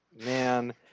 Man